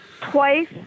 Twice